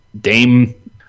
dame